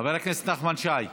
חבר הכנסת נחמן שי,